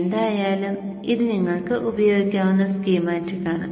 എന്തായാലും ഇത് നിങ്ങൾക്ക് ഉപയോഗിക്കാവുന്ന സ്കീമാറ്റിക് ആണ്